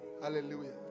Hallelujah